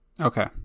okay